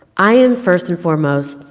i am, first and foremost,